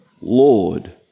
Lord